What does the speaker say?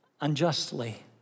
unjustly